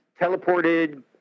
teleported